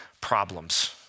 problems